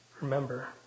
remember